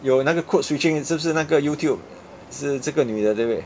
有那个 codeswitching 是不是那个 youtube 还是这个女的对不对